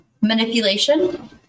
Manipulation